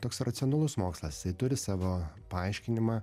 toks racionalus mokslas jisai turi savo paaiškinimą